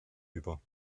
über